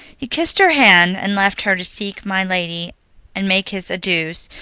he kissed her hand and left her to seek my lady and make his adieus,